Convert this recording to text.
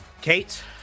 Kate